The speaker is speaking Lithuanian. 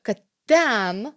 kad ten